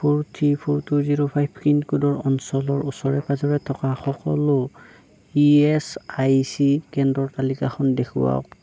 four three four two zero five পিনক'ডৰ অঞ্চলৰ ওচৰে পাঁজৰে থকা সকলো ই এছ আই চি কেন্দ্ৰৰ তালিকাখন দেখুৱাওক